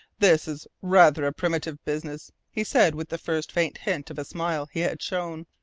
this is rather a primitive business, he said with the first faint hint of a smile he had shown.